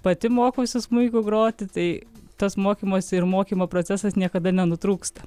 pati mokausi smuiku groti tai tas mokymosi ir mokymo procesas niekada nenutrūksta